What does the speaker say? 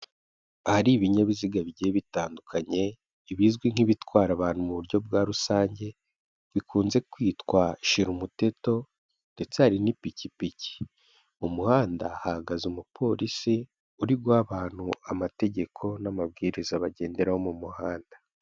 Ahari ibinyabiziga bigiye bitandukanye ibizwi nk'ibitwara abantu mu buryo bwa rusange bikunze kwitwa shira umuteto ndetse hari n'ipikipiki mu muhanda hahagaze umupolisi uri guha abantu amategeko n'amabwiriza bagenderaho mu muhanda.